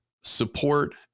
support